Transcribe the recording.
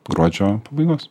gruodžio pabaigos